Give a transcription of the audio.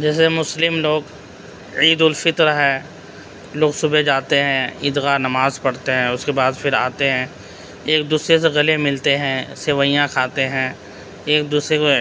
جیسے مسلم لوگ عید الفطر ہے لوگ صبح جاتے ہیں عیدگاہ نماز پڑھتے ہیں اس کے بعد پھر آتے ہیں ایک دوسرے سے گلے ملتے ہیں سویاں کھاتے ہیں ایک دوسرے کو